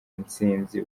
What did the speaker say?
ntsinzi